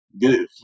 good